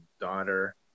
daughter